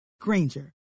Granger